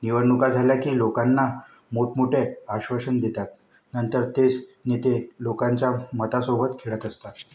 निवडणुका झाल्या की लोकांना मोठमोठे आश्वासन देतात नंतर तेच नेते लोकांच्या मतासोबत खेळत असतात